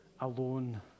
alone